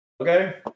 Okay